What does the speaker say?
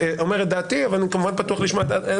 אני אומר את דעתי אבל אני כמובן פתוח לשמוע אחרים.